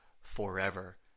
forever